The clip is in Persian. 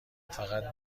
فقط